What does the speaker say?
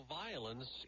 violence